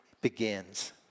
begins